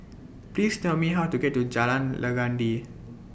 Please Tell Me How to get to Jalan Legundi